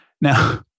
Now